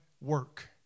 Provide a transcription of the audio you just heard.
work